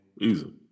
Easy